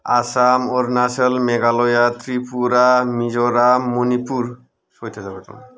आसाम अरुनासल मेगालया त्रिपुरा मिज'राम मनिपुर सयथा जाबाय थ'